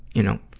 you know,